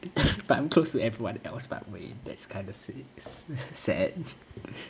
but I'm close to everyone else about wayne that's kind of sa~ sad